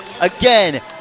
Again